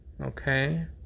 okay